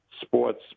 sports